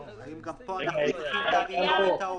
האם גם פה אנחנו צריכים לתקן את העובר?